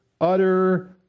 utter